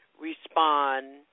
respond